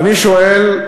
ואני שואל: